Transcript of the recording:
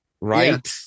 right